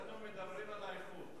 אצלנו מדברים על איכות,